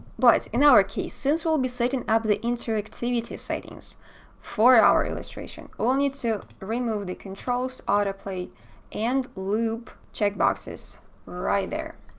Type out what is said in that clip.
but in our case, since we'll be setting up the interactivity settings for our illustration, we'll need to remove the controls, autoplay and loop check boxes right there.